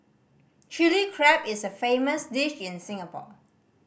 Chilli Crab is a famous dish in Singapore